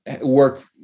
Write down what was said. work